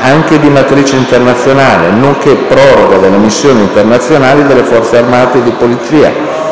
anche di matrice internazionale, nonché proroga delle missioni internazionali delle Forze armate e di polizia,